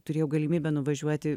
turėjau galimybę nuvažiuoti